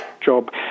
job